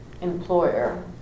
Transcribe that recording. employer